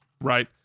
right